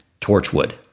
Torchwood